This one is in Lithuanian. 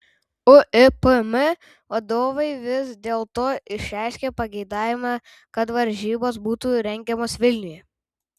uipm vadovai vis dėlto išreiškė pageidavimą kad varžybos būtų rengiamos vilniuje